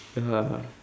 ya